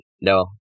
no